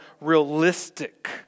realistic